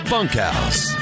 Bunkhouse